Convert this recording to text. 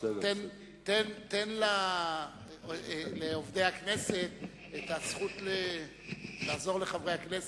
תן לעובדי הכנסת את הזכות לעזור לחברי הכנסת.